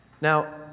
Now